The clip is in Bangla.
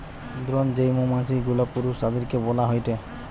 দ্রোন যেই মৌমাছি গুলা পুরুষ তাদিরকে বইলা হয়টে